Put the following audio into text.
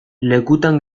lekutan